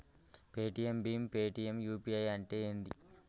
Paytm భీమ్ Paytm UPI అంటే ఏంది?